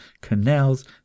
canals